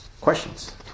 Questions